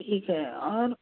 ٹھیک ہے اور